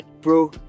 bro